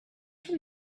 from